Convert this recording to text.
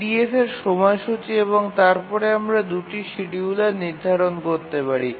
EDF এর সময়সূচী এবং তারপরে আমরা ২ টি শিডিয়ুলার নির্ধারণ করতে পারি